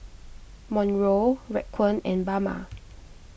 Monroe Raquan and Bama